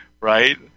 right